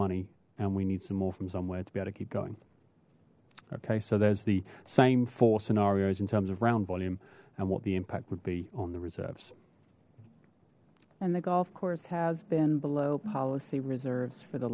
money and we need some more from somewhere to be able to keep going okay so there's the same four scenarios in terms of round volume and what the impact would be on the reserves and the golf course has been below policy reserves for the